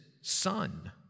Son